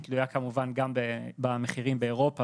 היא תלויה כמובן גם במחירים באירופה